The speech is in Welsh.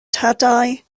tadau